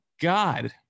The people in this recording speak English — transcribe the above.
God